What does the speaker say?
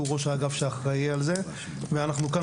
הוא ראש האגף שאחראי על זה ואנחנו כאן,